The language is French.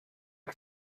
que